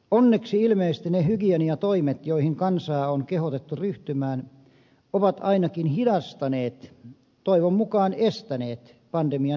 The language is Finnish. onneksi ilmeisesti ne hygieniatoimet joihin kansaa on kehotettu ryhtymään ovat ainakin hidastaneet toivon mukaan estäneet pandemian etenemistä